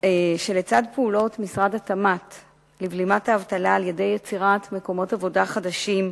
שלצד פעולות משרד התמ"ת לבלימת האבטלה על-ידי יצירת מקומות עבודה חדשים,